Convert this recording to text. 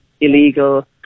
illegal